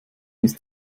ist